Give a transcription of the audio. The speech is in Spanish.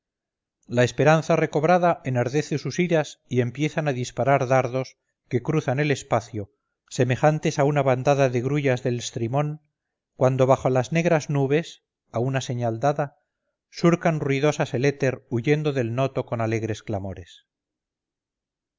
la esperanza recobrada enardece sus iras y empiezan a disparar dardos que cruzan el espacio semejantes a una bandada de grullas del strimón cuando bajo las negras nubes a una señal dada surcan ruidosas el éter huyendo del noto con alegres clamores